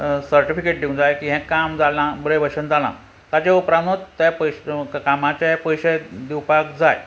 certificate दिवंक जाय की हे काम जालां बरें भशेन जालां ताज्या उपरांत त्या पयशे कामाचे पयशे दिवपाक जाय